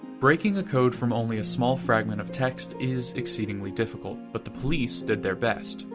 breaking a code from only a small fragment of text is exceedingly difficult, but the police did their best.